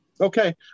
Okay